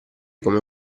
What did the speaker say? come